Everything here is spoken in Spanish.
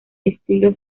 estilo